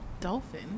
dolphin